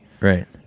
right